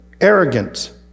arrogant